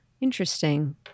Interesting